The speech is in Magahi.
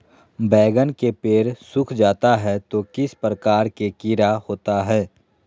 बैगन के पेड़ सूख जाता है तो किस प्रकार के कीड़ा होता है?